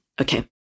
Okay